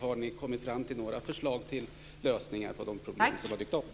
Har ni kommit fram till några förslag till lösningar på de problem som har dykt upp?